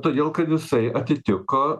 todėl kad jisai atitiko